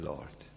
Lord